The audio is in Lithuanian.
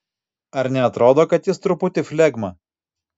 ar neatrodo kad jis truputį flegma